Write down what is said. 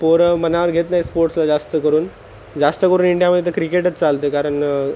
पोरं मनावर घेत नाही स्पोर्ट्सला जास्तकरून जास्तकरून इंडियामध्ये तर क्रिकेटच चालतं आहे कारण